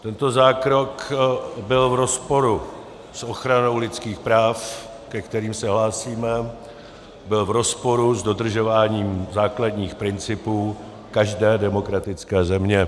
Tento zákrok byl v rozporu s ochranou lidských práv, ke kterým se hlásíme, byl v rozporu s dodržováním základních principů každé demokratické země.